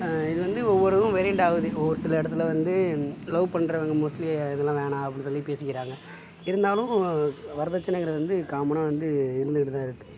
இது வந்து ஒவ்வொரு இதுவும் வேரியண்ட் ஆகுது ஒரு சில இடத்துல வந்து லவ் பண்றவங்க மோஸ்ட்லி இதெல்லான் வேண்டாம் அப்படின்னு சொல்லி பேசிக்கிறாங்க இருந்தாலும் வரதட்சணைங்குறது வந்து காம்மனாக வந்து இருந்துகிட்டு தான் இருக்குது